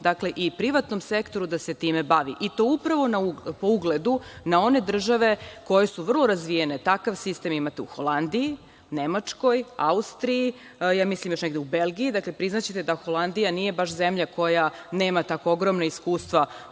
dozvolimo i privatnom sektoru da se time bavi i to upravo po ugledu na one države koje su vrlo razvijene. Takav sistem imate u Holandiji, Nemačkoj, Austriji, mislim još negde u Belgiji. Dakle, priznaćete da Holandija nije baš zemlja koja nema tako ogromna iskustva